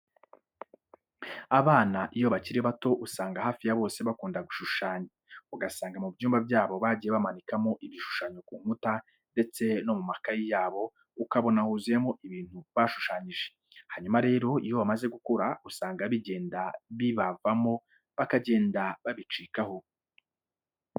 Abana iyo bakiri bato usanga hafi ya bose bakunda gushushanya, ugasanga mu byumba byabo bagiye bamanikamo ibishushanyo ku nkuta ndetse no mu makayi yabo ukabona huzuyemo ibintu bashushanyije. Hanyuma rero iyo bamaze gukura usanga bigenda bibavamo bakagenda babicikaho.